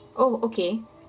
oh okay